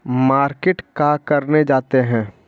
Market का करने जाते हैं?